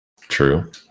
True